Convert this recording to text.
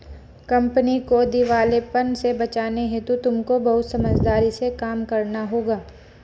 company को दिवालेपन से बचाने हेतु तुमको बहुत समझदारी से काम करना होगा